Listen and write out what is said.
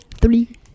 three